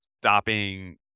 stopping